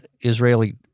Israeli—